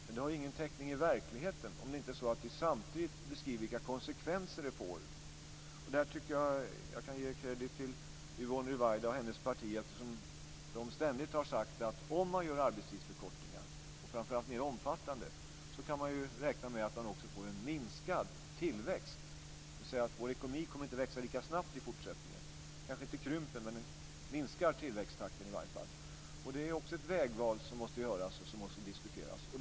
Men det har inte någon täckning i verkligheten om vi inte samtidigt beskriver vilka konsekvenser det får. Där kan jag ge credit till Yvonne Ruwaida och hennes parti. De har ständigt sagt att om man gör arbetstidsförkortningar, och framför allt mer omfattande sådana, kan man räkna med att man får en minskad tillväxt, dvs. att vår ekonomi inte kommer att växa lika snabbt i fortsättningen. Den kanske inte krymper, men tillväxttakten minskar i varje fall. Det är också ett vägval som måste göras och som måste diskuteras.